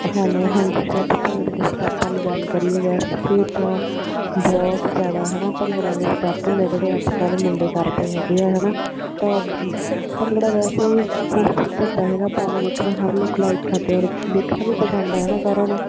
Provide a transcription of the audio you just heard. hello ਹਾਂਜੀ ਜੇ ਆਪਾਂ ਭੰਗੜੇ ਦੇ ਸਟੈਪਾਂ ਦੀ ਗੱਲ ਕਰੀਏ ਵੈਸੇ ਤਾਂ ਬਹੁਤ ਜ਼ਿਆਦਾ ਹੈ ਨਾ ਭੰਗੜਿਆਂ ਦੇ ਸਟੈਪ ਹੁੰਦੇ ਜਿਹੜੇ ਅੱਜ ਕੱਲ੍ਹ ਮੁੰਡੇ ਕਰਦੇ ਹੈਗੇ ਆ ਹੈ ਨਾ ਤਾਂ ਭੰਗੜਾ ਵੈਸੇ ਖੂਬਸੂਰਤ ਹੁੰਦਾ ਹੈਗਾ ਪਾਉਂਦਾ ਵੇਖਣਾ ਹਰ ਲੋਕ ਲਾਇਕ ਕਰਦੇ ਹੈ ਔਰ ਦੇਖਣਾ ਵੀ ਪਸੰਦ ਹੈ ਹੈ ਨਾ ਸਾਰਿਆਂ ਨੂੰ